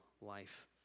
life